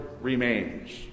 remains